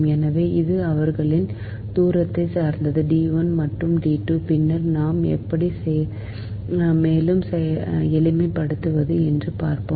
எனவே அது அவர்களின் தூரத்தை சார்ந்தது D 1 மற்றும் D 2 பின்னர் நாம் எப்படி மேலும் எளிமையாக்குவது என்று பார்ப்போம்